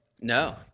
No